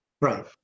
Right